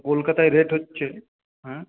কলকাতায় রেট হচ্ছে হ্যাঁ